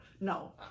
No